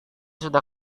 sudah